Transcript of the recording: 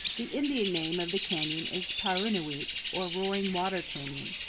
the indian name of the canyon is paru'nuweap, or roaring water canyon.